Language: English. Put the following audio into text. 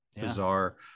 bizarre